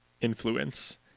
influence